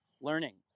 learning